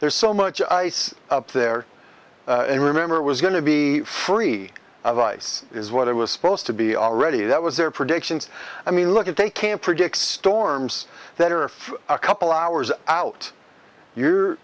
there's so much ice up there and remember it was going to be free of ice is what it was supposed to be already that was their predictions i mean look if they can predict storms that are if a couple hours out you